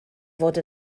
fod